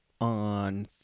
on